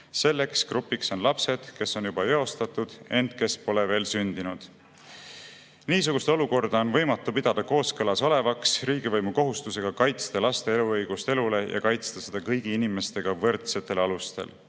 Selleks grupiks on lapsed, kes on juba eostatud, ent kes pole veel sündinud. Niisugust olukorda on võimatu pidada kooskõlas olevaks riigivõimu kohustusega kaitsta laste eluõigust ja kaitsta seda kõigi inimestega võrdsetel alustel.